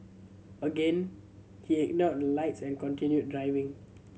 again he ignored the lights and continued driving